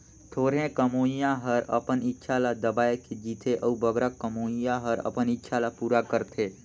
थोरहें कमोइया हर अपन इक्छा ल दबाए के जीथे अउ बगरा कमोइया हर अपन इक्छा ल पूरा करथे